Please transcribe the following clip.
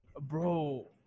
Bro